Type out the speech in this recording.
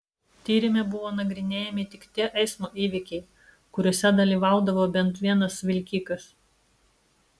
tyrime buvo nagrinėjami tik tie eismo įvykiai kuriuose dalyvaudavo bent vienas vilkikas